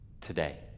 today